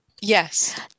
Yes